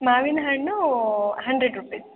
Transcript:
ಮಾವಿನ ಹಣ್ಣು hundred rupees